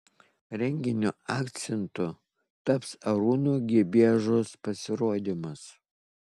renginio akcentu taps arūno gibiežos pasirodymas